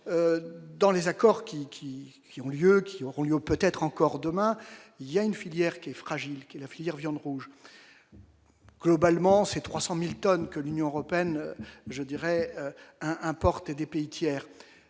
dans les accords qui qui qui ont lieu, qui auront lieu peut-être encore demain, il y a une filière qui est fragile qui la filière viande rouge. Globalement, c'est 300000 tonnes que l'Union européenne, mais je dirais